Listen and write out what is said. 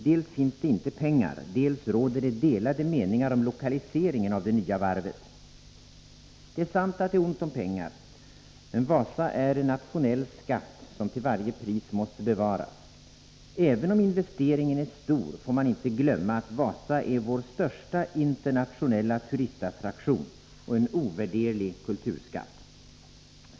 Dels finns det inte pengar, dels råder det delade meningar om lokaliseringen av det nya varvet. Det är sant att det är ont om pengar, men Wasa är en nationell skatt som till varje pris måste bevaras. Även om investeringen är stor, får man inte glömma att Wasa är vår största internationella turistattraktion och en ovärderlig kulturskatt.